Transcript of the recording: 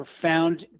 profound